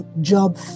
Job